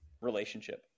relationship